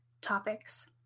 topics